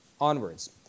onwards